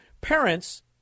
Parents